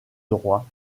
droit